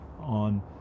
on